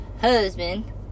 husband